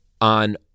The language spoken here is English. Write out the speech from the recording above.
on